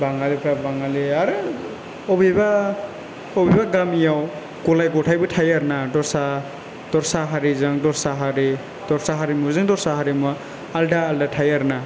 बाङालिफ्रा बाङालि आरो बबेबा बबेबा गामियाव गलाय गथायबो थायो आरो ना दस्रा दस्रा हारिजों दस्रा हारि दस्रा हारिमुजों दस्रा हारिमुवा आलदा आलदा थायो आरो ना